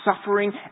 suffering